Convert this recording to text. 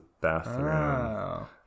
bathroom